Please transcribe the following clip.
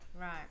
right